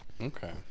Okay